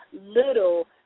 little